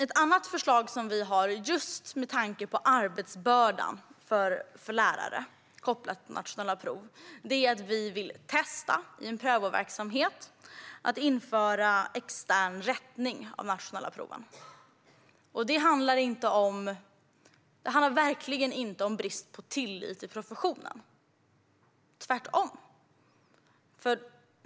Ett annat förslag som vi har, just med tanke på arbetsbördan för lärare kopplat till nationella prov, är att i en prövoverksamhet testa att införa extern rättning av de nationella proven. Det handlar verkligen inte om brist på tillit till professionen, tvärtom.